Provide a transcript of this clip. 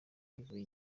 yivuye